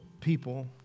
people